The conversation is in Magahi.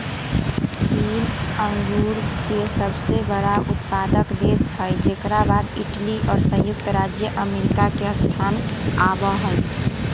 चीन अंगूर के सबसे बड़ा उत्पादक देश हई जेकर बाद इटली और संयुक्त राज्य अमेरिका के स्थान आवा हई